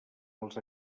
els